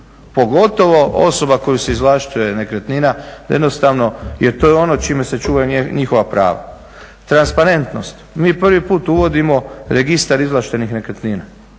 pogotovo osoba kojoj se izvlašćuje nekretnina da jednostavno, jer to je ono čime se čuvaju njihova prava. Transparentnost. Mi prvi put uvodimo registar izvlaštenih nekretnina.